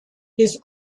his